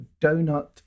Donut